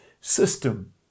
system